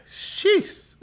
Sheesh